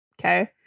Okay